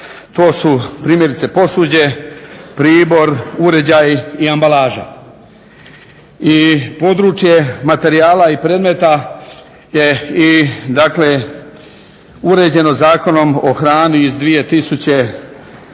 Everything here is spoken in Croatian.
To su primjerice posuđe, pribor, uređaji i ambalaža i područje materijala i predmeta je i dakle uređeno Zakonom o hrani iz 2007.,